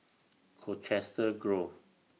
Colchester Grove